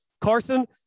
Carson